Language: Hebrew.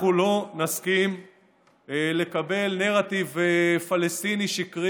אנחנו לא נסכים לקבל נרטיב פלסטיני שקרי